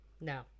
no